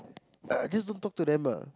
uh just don't talk to them ah